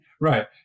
Right